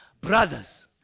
brothers